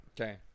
Okay